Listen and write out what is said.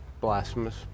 Blasphemous